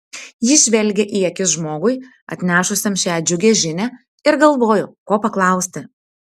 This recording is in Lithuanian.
jis žvelgė į akis žmogui atnešusiam šią džiugią žinią ir galvojo ko paklausti